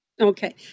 Okay